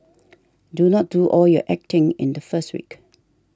do not do all your acting in the first week